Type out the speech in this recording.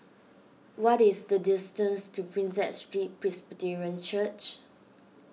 what is the distance to Prinsep Street Presbyterian Church